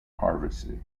harvested